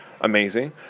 amazing